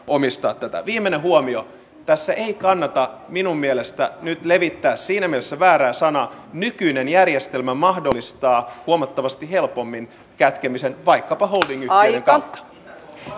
omistaa tätä viimeinen huomio tässä ei kannata minun mielestäni nyt levittää siinä mielessä väärää sanaa kun nykyinen järjestelmä mahdollistaa huomattavasti helpommin kätkemisen vaikkapa holdingyhtiöiden kautta